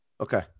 Okay